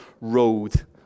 road